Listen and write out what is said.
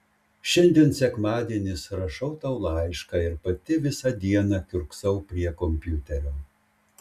šiandien sekmadienis rašau tau laišką ir pati visą dieną kiurksau prie kompiuterio